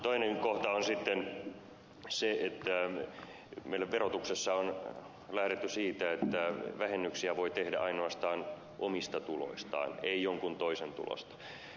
toinen kohta on sitten se että meillä verotuksessa on lähdetty siitä että vähennyksiä voi tehdä ainoastaan omista tuloistaan ei jonkun toisen tuloista